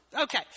Okay